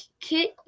kit